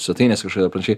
svetainėse kažkokia panašiai